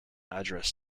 address